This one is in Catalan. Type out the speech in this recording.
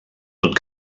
tot